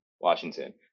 Washington